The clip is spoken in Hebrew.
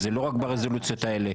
זה לא רק ברזולוציות האלה.